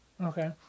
okay